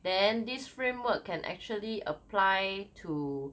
then this framework can actually apply to